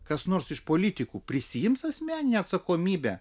kas nors iš politikų prisiims asmeninę atsakomybę